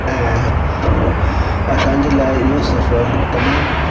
ऐं असांजे लाइ इहो सफ़रु तमामु